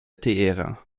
téhéran